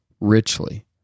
richly